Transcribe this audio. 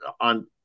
on